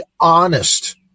honest